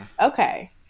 okay